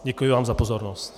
Děkuji vám za pozornost.